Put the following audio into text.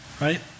right